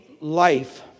life